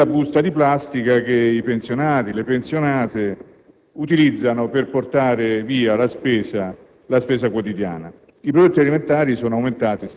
indicare quella busta di plastica che i pensionati e le pensionate utilizzano per portare via la spesa quotidiana.